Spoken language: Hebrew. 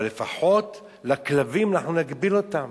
אבל לפחות לכלבים, אנחנו נגביל אותם.